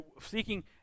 seeking